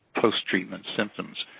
post treatment symptoms.